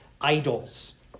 idols